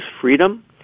freedom